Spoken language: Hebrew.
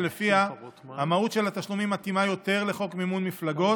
שלפיה המהות של התשלומים מתאימה יותר לחוק מימון מפלגות.